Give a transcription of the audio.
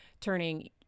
turning